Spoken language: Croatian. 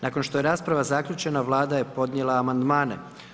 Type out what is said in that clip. Nakon što je rasprava zaključena, Vlada je podnijela amandmane.